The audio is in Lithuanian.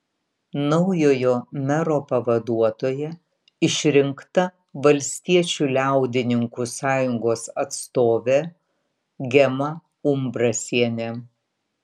naujojo mero pavaduotoja išrinkta valstiečių liaudininkų sąjungos atstovė gema umbrasienė